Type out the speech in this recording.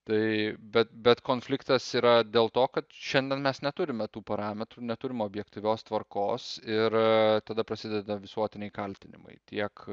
tai bet bet konfliktas yra dėl to kad šiandien mes neturime tų parametrų neturime objektyvios tvarkos ir tada prasideda visuotiniai kaltinimai tiek